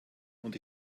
und